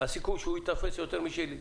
הסיכוי שהוא ייתפס הוא יותר משלי,